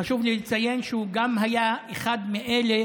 חשוב לי לציין שהוא גם היה אחד מאלה